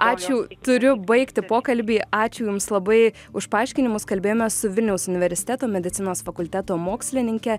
ačiū turiu baigti pokalbį ačiū jums labai už paaiškinimus kalbėjome su vilniaus universiteto medicinos fakulteto mokslininke